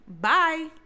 Bye